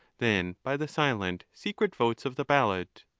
than by the silent, secret votes of the ballot?